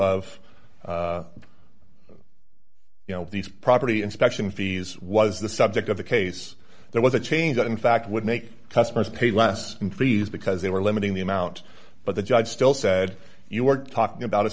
of you know these property inspection fees was the subject of the case there was a change that in fact would make customers pay less than freeze because they were limiting the amount but the judge still said you were talking about a